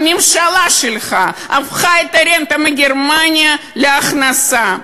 הממשלה שלך הפכה את הרנטה מגרמניה להכנסה?